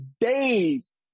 days